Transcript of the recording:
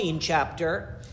chapter